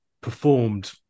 performed